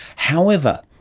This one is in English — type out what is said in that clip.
however,